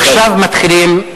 עכשיו מתחילים.